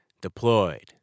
deployed